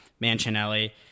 Mancinelli